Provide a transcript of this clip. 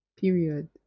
period